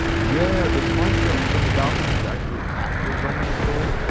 yeah. the fun stuff stuff about this is actually after running the story,